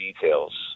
details